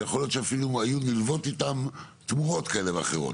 שיכול להיות שאפילו היו נלוות איתן תמורות כאלה ואחרות.